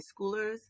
schoolers